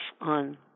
on